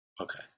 okay